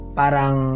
parang